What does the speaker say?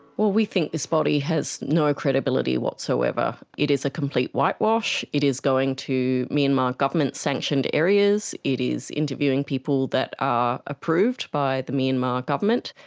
well, we think this body has no credibility whatsoever. it is a complete whitewash. it is going to myanmar government sanctioned areas. it is interviewing people that are approved by the myanmar government.